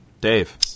Dave